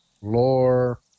lore